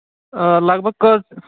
آ لگ بھگ کٔژ